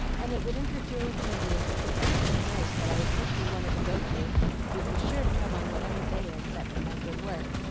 and it would interfere with my music, and everything nice that i especially wanted to go to would be sure to come on whatever day i set for my good work,